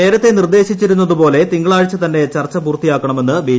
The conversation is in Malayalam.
നേരത്തെ നിർദ്ദേശിച്ചിരുന്നതുപോലെ തിങ്കളാഴ്ച തന്നെ ചർച്ച പൂർത്തിയാക്കണമെന്ന് ബി